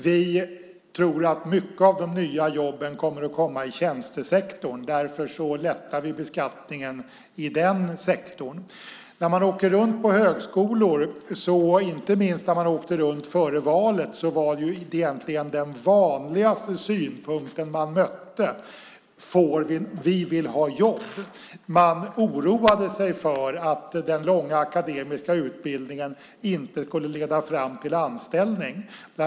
Vi tror att många av de nya jobben kommer i tjänstesektorn, och därför lättar vi på beskattningen i just den sektorn. När jag besöker högskolor är den vanligaste synpunkt jag möter att studenterna vill ha jobb. De oroar sig för att den långa akademiska utbildningen inte ska leda fram till en anställning. Inte minst gällde detta när jag besökte dem före valet.